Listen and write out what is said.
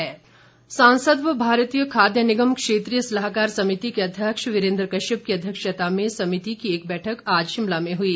वीरेंद्र कश्यप सांसद व भारतीय खाद्य निगम क्षेत्रीय सलाहकार समिति के अध्यक्ष वीरेंद्र कश्यप की अध्यक्षता में समिति की एक बैठक आज शिमला में हुई